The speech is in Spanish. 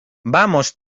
vamos